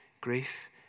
grief